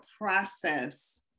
process